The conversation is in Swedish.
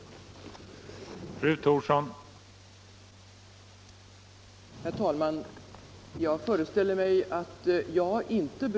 Det förslaget röstade herr Ericson emot.